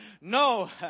no